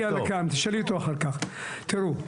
תראו,